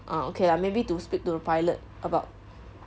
uh okay lah maybe to speak to the pilot about